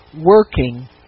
working